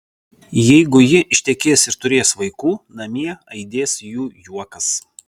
jeigu ji ištekės ir turės vaikų namie aidės jų juokas